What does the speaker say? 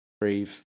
breathe